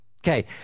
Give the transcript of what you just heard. Okay